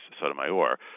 Sotomayor